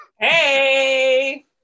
Hey